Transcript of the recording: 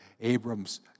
Abram's